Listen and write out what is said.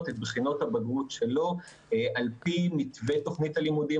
את בחינות הבגרות שלו על פי מתווה תכנית הלימודים,